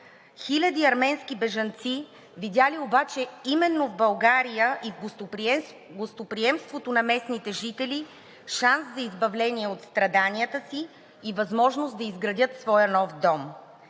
Хиляди арменски бежанци видяли обаче именно в България гостоприемството на местните жители, шанса за избавление от страданията си и възможността да изградят своя нов дом.